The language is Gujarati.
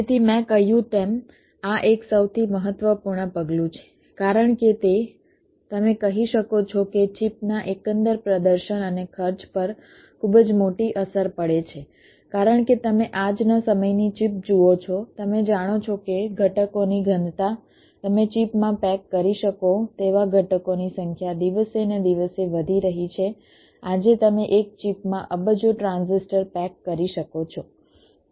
તેથી મેં કહ્યું તેમ આ એક સૌથી મહત્વપૂર્ણ પગલું છે કારણ કે તે તમે કહી શકો છો કે ચિપ ના એકંદર પ્રદર્શન અને ખર્ચ પર ખૂબ જ મોટી અસર પડે છે કારણ કે તમે આજના સમયની ચિપ જુઓ છો તમે જાણો છો કે ઘટકોની ઘનતા તમે ચિપમાં પેક કરી શકો તેવા ઘટકોની સંખ્યા દિવસેને દિવસે વધી રહી છે આજે તમે એક ચિપમાં અબજો ટ્રાન્ઝિસ્ટર પેક કરી શકો છો